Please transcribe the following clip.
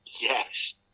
Yes